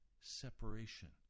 separation